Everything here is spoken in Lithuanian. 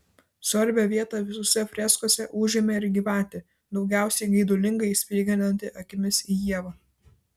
svarbią vietą visose freskose užėmė ir gyvatė daugiausiai geidulingai spiginanti akimis į ievą